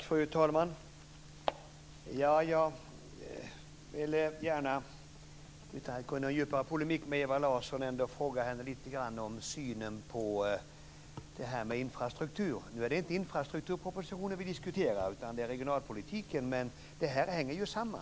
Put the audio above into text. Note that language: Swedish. Fru talman! Jag vill gärna, utan att ta någon djupare polemik med Ewa Larsson, fråga henne lite grann om synen på infrastruktur. Nu är det inte infrastrukturpropositionen som vi diskuterar utan regionalpolitiken, men det hänger ju samman.